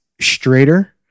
straighter